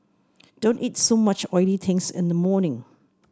don't eat so much oily things in the morning